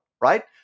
right